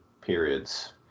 periods